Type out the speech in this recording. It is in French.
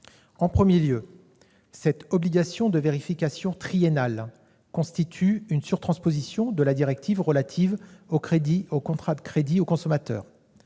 En premier lieu, cette obligation de vérification triennale constitue une surtransposition de la directive relative aux contrats de crédit au consommateur.